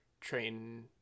train